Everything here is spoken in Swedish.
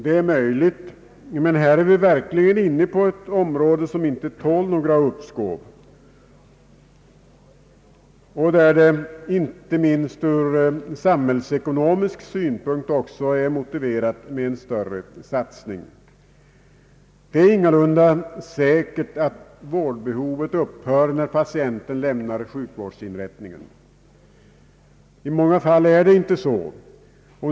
Det är möjligt att så sker, men här är vi verkligen inne på ett område som inte tål något uppskov och där det inte minst ur samhällsekonomisk synpunkt också är motiverat med en större satsning. Det är ingalunda säkert att vårdbehovet upphör när patienten lämnar sjukvårdsinrättningen. I många fall är det inte så.